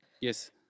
Yes